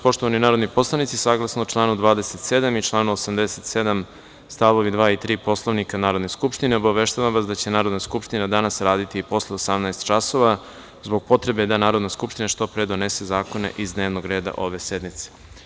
Poštovani narodni poslanici, saglasno članu 27. i članu 87. stavovi 2. i 3. Poslovnika Narodne skupštine, obaveštavam vas da će Narodna skupština danas raditi i posle 18.00 časova, zbog potrebe da Narodna skupština što pre donese zakone iz dnevnog reda ove sednice.